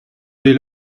dès